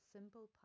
Simple